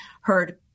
heard